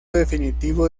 definitivo